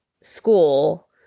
school